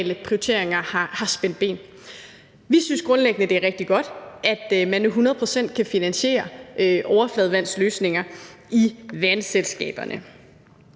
prioriteringer har spændt ben for det. Vi synes grundlæggende, det er rigtig godt, at man nu 100 pct. kan finansiere overfladevandsløsninger i vandselskaberne.